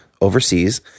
overseas